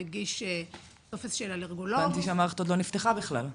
מגיש טופס של אלרגולוג --- הבנתי שהמערכת עוד לא נפתחה בכלל.